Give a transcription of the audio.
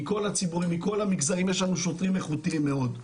יש לנו שוטרים איכותיים מאוד.